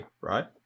right